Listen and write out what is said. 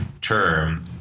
term